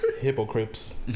hypocrites